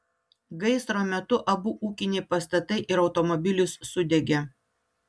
gaisro metu abu ūkiniai pastatai ir automobilis sudegė